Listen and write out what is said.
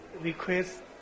request